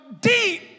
deep